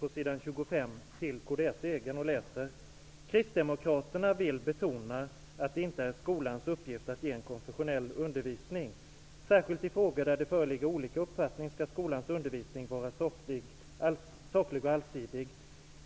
på sidan 25 till kds egen, och jag läser upp den: Kristdemokraterna vill betona att det inte är skolans uppgift att ge en konfessionell undervisning. Särskilt i frågor där det föreligger olika uppfattningar skall skolans undervisning vara saklig och allsidig.